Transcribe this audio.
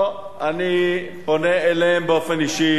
אוקיי, גברתי, אני מבקש את